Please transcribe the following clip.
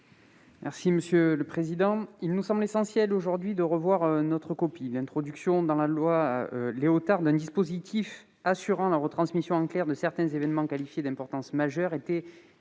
est à M. Jérémy Bacchi. Il nous semble essentiel aujourd'hui de revoir notre copie. L'introduction dans la loi de 1986 dite Léotard d'un dispositif assurant la retransmission en clair de certains événements qualifiés d'importance majeure était une